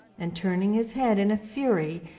and, turning his head in a fury,